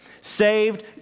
Saved